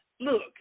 look